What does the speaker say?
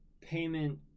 payment